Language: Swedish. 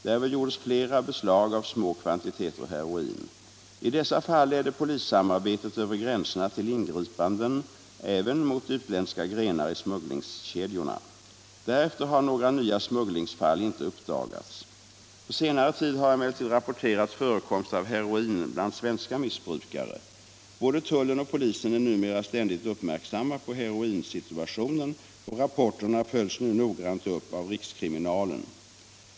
Därvid gjordes flera beslag av små kvan titeter heroin. I dessa fall ledde polissamarbetet över gränserna till ingripanden även mot utländska grenar i smugglingskedjorna. Därefter har några nya smugglingsfall inte uppdagats. På senare tid har emellertid rapporterats förekomst av heroin bland svenska missbrukare. Både tullen och polisen är numera ständigt uppmärksamma på heroinsituationen, och rapporterna följs nu noggrant upp av rikskriminalen.